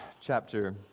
chapter